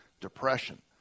Depression